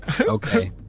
Okay